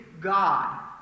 God